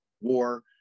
War